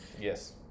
Yes